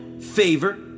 favor